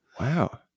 Wow